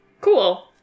Cool